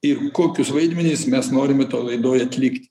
ir kokius vaidmenis mes norime toj laidoj atlikti